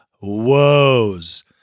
woes